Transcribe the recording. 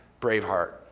Braveheart